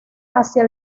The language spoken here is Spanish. hacia